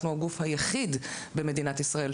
יש פה הרבה מאוד כלים ומידע לבני הנוער,